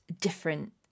different